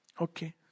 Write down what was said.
Okay